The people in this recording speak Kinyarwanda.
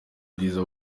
bwiza